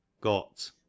got